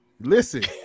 Listen